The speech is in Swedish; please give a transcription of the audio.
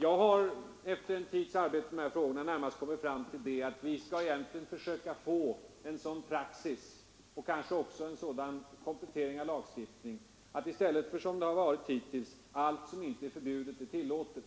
Jag har efter en tids arbete med dessa frågor närmast kommit fram till att det i stället för som hittills, då allt som inte är förbjudet varit tillåtet,